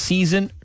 Season